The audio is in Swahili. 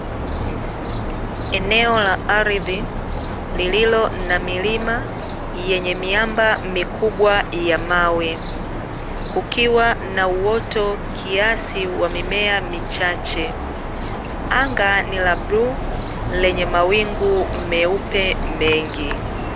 Eneo la ardhi lililo na milima yenye miamba mikubwa ya mawe kukiwa na uoto kiasi wa mimea michache, anga ni la bluu lenye mawingu meupe mengi.